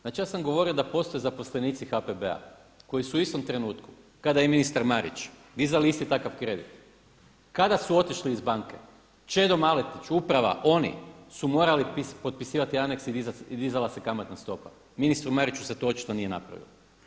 Znači ja sam govorio da postoje zaposlenici HPB-a koji su u istom trenutku kada je i ministar Marić dizao isti takav kredit, kada su otišli iz banke Čedo Maletić, uprava, oni su morali potpisivati aneks i dizala se kamatna stopa, ministru Mariću se to očito nije napravilo.